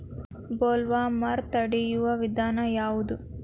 Bollworm ತಡಿಯು ವಿಧಾನ ಯಾವ್ದು?